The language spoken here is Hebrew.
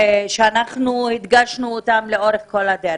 שאנחנו הדגשנו אותם לאורך כל הדרך.